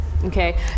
Okay